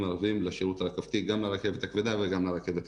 ערביים לשירות הרכבתי גם לרכבת הכבדה וגם לרכבת הקלה.